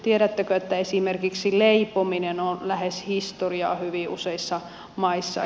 tiedättekö että esimerkiksi leipominen on lähes historiaa hyvin useissa maissa